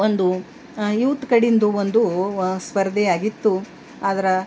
ಒಂದು ಯೂತ್ ಕಡಿಂದು ಒಂದು ಸ್ಪರ್ಧೆಯಾಗಿತ್ತು ಆದ್ರೆ